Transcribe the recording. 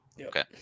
Okay